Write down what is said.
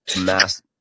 mass